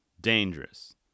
dangerous